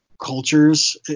cultures